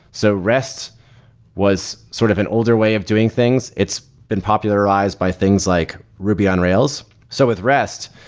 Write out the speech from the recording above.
so rest was sort of an older way of doing things. it's been popularized by things like ruby on rails. so with rest,